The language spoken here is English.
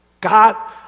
God